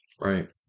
right